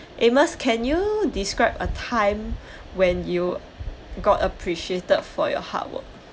amos can you describe a time when you got appreciated for your hard work